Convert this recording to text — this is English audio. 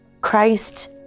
Christ